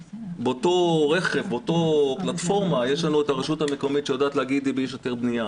באותו רכב יש את הרשות המקומית שיודעת להגיד אם יש היתר בנייה,